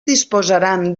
disposaran